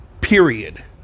period